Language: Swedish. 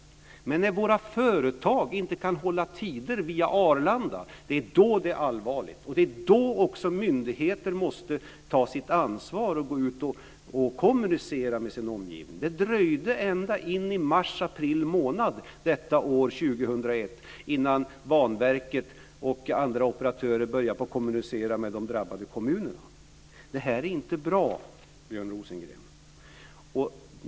Men det är när våra företag inte kan hålla tider via Arlanda det är allvarligt. Det är då myndigheter måste ta sitt ansvar och gå ut och kommunicera med sin omgivning. Det dröjde ända in i mars april månad detta år, 2001, innan Banverket och andra operatörer började kommunicera med de drabbade kommunerna. Det här är inte bra, Björn Rosengren.